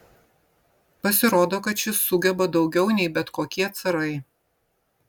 pasirodo kad šis sugeba daugiau nei bet kokie carai